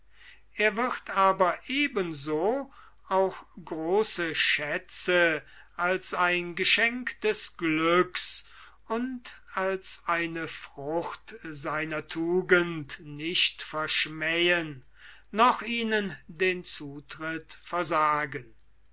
er wird aber ebenso auch große schätze als ein geschenk des glücks und als eine frucht seiner tugend nicht verschmähen noch ihnen den zutritt versagen